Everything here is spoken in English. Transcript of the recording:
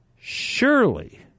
Surely